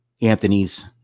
Anthony's